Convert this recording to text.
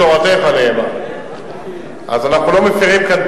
נתתי דוגמה לדבר גדול שאנחנו עושים,